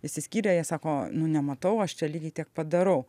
išsiskyrę jie sako nu nematau aš čia lygiai tiek pat darau